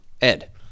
Ed